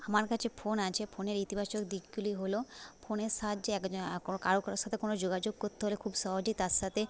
আমার কাছে ফোন আছে ফোনের ইতিবাচক দিকগুলি হল ফোনের সাহায্যে একজন কোনো কারো কারোর সাথে কোনো যোগাযোগ করতে হলে খুব সহজেই তার সাথে